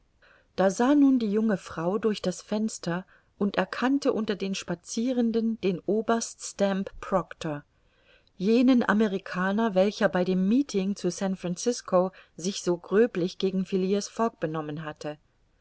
da sah nun die junge frau durch das fenster und erkannte unter den spazierenden den oberst stamp proctor jenen amerikaner welcher bei dem meeting zu san francisco sich so gröblich gegen phileas fogg benommen hatte